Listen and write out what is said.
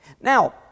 Now